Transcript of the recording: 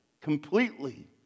completely